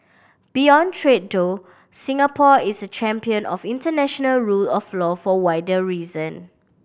beyond trade though Singapore is a champion of international rule of law for wider reason